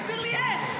תסביר לי איך?